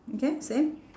okay same